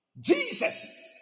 Jesus